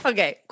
Okay